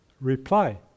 Reply